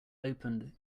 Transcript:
opened